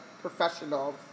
professionals